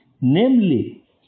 namely